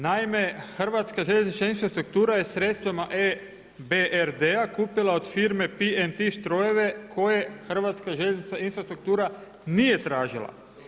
Naime, Hrvatska željeznica i infrastruktura je sredstvima E BRD-a kupila od firme PMT strojeve koje Hrvatska željeznica i infrastruktura nije tražila.